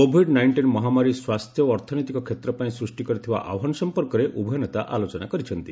Covid nineteen ମହାମାରୀ ସ୍ୱାସ୍ଥ୍ୟ ଓ ଅର୍ଥନୈତିକ କ୍ଷେତ୍ରପାଇଁ ସୃଷ୍ଟି କରିଥିବା ଆହ୍ୱାନ ସମ୍ପର୍କରେ ଉଭୟ ନେତା ଆଲୋଚନା କରିଛନ୍ତି